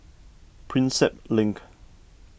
Prinsep Link